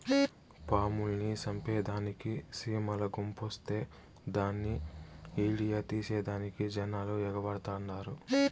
పాముల్ని సంపేదానికి సీమల గుంపొస్తే దాన్ని ఈడియో తీసేదానికి జనాలు ఎగబడతండారు